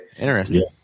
Interesting